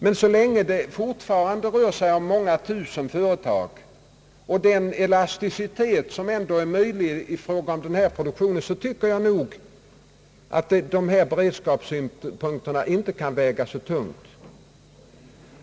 Men så länge det fortfarande rör sig om många tusen företag och med den elasticitet, som ändå är möjlig i fråga om fläskproduktionen, så tycker jag nog att de här beredskapssynpunkterna inte kan väga så tungt.